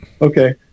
okay